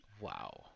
Wow